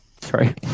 Sorry